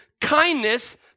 kindness